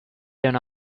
down